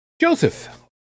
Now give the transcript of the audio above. Joseph